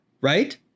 Right